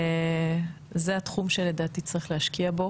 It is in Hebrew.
זה התחום שלדעתי צריך להשקיע בו